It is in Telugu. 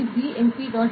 ఇది bmp